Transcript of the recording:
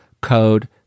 code